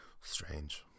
Strange